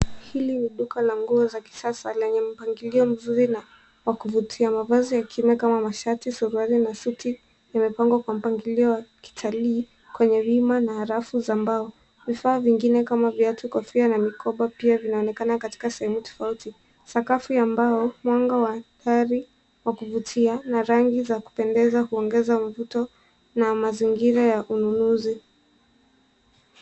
Hili ni duka la nguo za kisasa lenye mpangilio mzuri na wa kuvutia. Mavazi ya kiume kama mashati, suruali na suti yamepangwa kwa mpangilio wa kitalii kwenye wima na rafu za mbao. Vifaa vingine kama viatu, kofia na mikoba pia vinaonekana katika sehemu tofauti. Sakafu ya mbao, mwanga wa dari wa kuvutia na rangi za kupendeza huongeza mvuto na mazingira ya ununuzi.